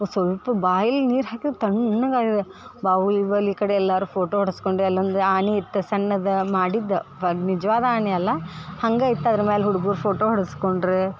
ಸಲ್ಪ ಬಾಯಲ್ಲಿ ನೀರು ಹಾಕಿದ್ರೆ ತಣ್ಣಗೆ ಆಗ್ಯದ ಬಾಹುಬಲಿ ಕಡೆ ಎಲ್ಲರೂ ಫೋಟೊ ಹೊಡ್ಸ್ಕೊಂಡು ಅಲ್ಲಿ ಒಂದು ಆನೆ ಇತ್ತು ಸಣ್ಣದು ಮಾಡಿದ್ದು ಅದು ನಿಜ್ವಾದ ಆನೆ ಅಲ್ಲ ಹಂಗೆ ಇತ್ತು ಅದ್ರ ಮೇಲೆ ಹುಡ್ಗರು ಫೋಟೊ ಹೊಡ್ಸ್ಕೊಂಡ್ರು